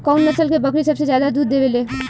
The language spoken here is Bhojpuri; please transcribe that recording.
कउन नस्ल के बकरी सबसे ज्यादा दूध देवे लें?